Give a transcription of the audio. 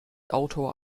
autor